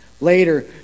Later